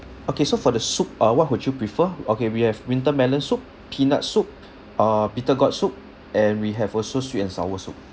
okay so for the soup uh what would you prefer okay we have winter melon soup peanut soup uh bitter gourd soup and we have also sweet and sour soup